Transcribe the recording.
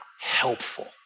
helpful